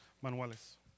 manuales